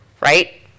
right